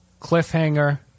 cliffhanger